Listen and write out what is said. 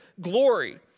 glory